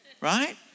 Right